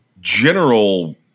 General